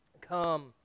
come